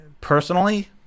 personally